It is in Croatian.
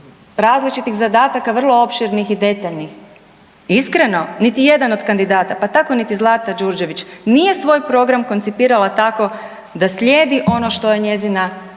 različitih zadataka vrlo opširnih i detaljnih. Iskreno, niti jedan od kandidata pa tako niti Zlata Đurđević nije svoj program koncipirala tako da slijedi ono što je njezina glavna